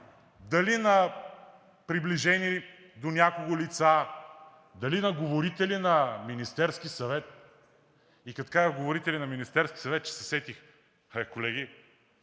дали на приближени до някого лица, дали на говорители на Министерския съвет. Като казвам говорители на Министерския съвет, че се сетих, колеги,